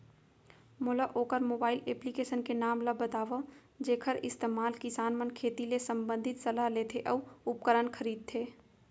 मोला वोकर mobile application के नाम ल बतावव जेखर इस्तेमाल किसान मन खेती ले संबंधित सलाह लेथे अऊ उपकरण खरीदथे?